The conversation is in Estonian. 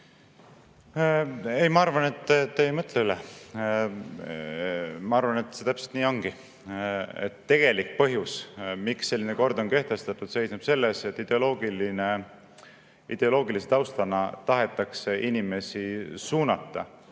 üle? Ma arvan, et te ei mõtle üle. Ma arvan, et see täpselt nii ongi. Tegelik põhjus, miks selline kord on kehtestatud, seisneb selles, et ideoloogilise taustana tahetakse inimesi suunata